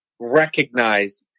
Recognize